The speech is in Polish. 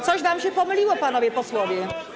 Coś wam się pomyliło, panowie posłowie.